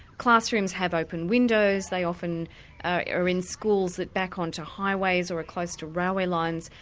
classrooms have open windows, they often are in schools that back on to highways or are close to railway lines.